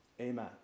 Amen